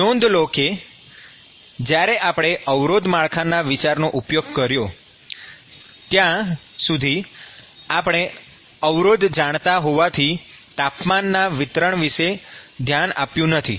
નોંધ લો કે જ્યારે આપણે અવરોધ માળખાના વિચારનો ઉપયોગ કર્યો ત્યાં સુધી આપણે અવરોધ જાણતા હોવાથી તાપમાનના વિતરણ વિશે ધ્યાન આપ્યું નથી